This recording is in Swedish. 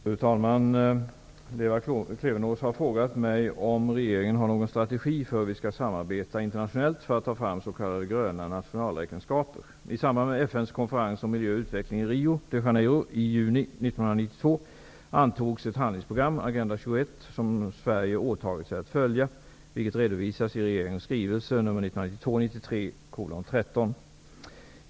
Fru talman! Lena Klevenås har frågat mig om regeringen har någon strategi för hur vi skall samarbeta internationellt för att ta fram s.k. gröna nationalräkenskaper. I samband med FN:s konferens om miljö och utveckling i Rio de Janeiro i juni 1992 antogs ett handlingsprogram -- Agenda 21 -- som Sverige åtagit sig att följa, vilket redovisas i regeringens skrivelse nr 1992/93:13.